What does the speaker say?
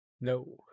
No